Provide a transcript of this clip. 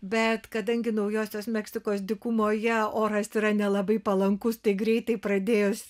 bet kadangi naujosios meksikos dykumoje oras yra nelabai palankus tai greitai pradėjo